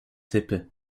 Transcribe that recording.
typy